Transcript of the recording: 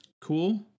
Cool